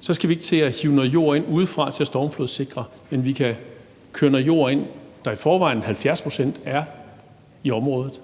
Så skal vi ikke til at hive noget jord ind udefra til at stormflodssikre, men vi kan køre noget jord ind, der for 70 pct.'s vedkommende